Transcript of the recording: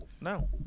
No